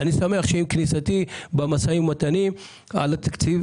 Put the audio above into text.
אני שמח שעם כניסתי במשאים ובמתנים על התקציב